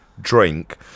drink